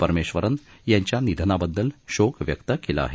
परमेश्वरन यांच्या निधनाबद्दल शोक व्यक्त केला आहे